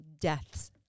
deaths